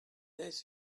this